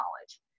knowledge